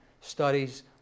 studies